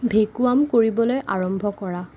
vacuum কৰিবলৈ আৰম্ভ কৰা